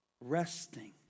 resting